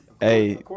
Hey